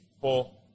four